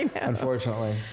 unfortunately